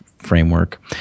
framework